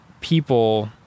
people